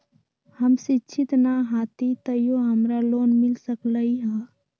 हम शिक्षित न हाति तयो हमरा लोन मिल सकलई ह?